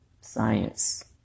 Science